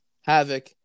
Havoc